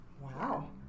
Wow